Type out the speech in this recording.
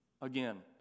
again